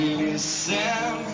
listen